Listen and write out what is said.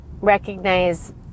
recognize